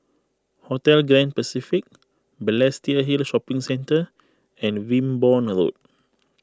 Hotel Grand Pacific Balestier Hill Shopping Centre and Wimborne Road